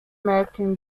american